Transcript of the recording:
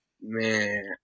man